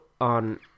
on